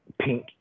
pink